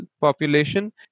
population